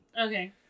Okay